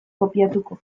kopiatuko